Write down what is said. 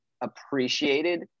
appreciated